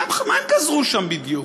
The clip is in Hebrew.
מה הם גזרו שם בדיוק?